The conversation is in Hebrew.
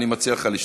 אני מציע לך לשתוק.